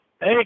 Hey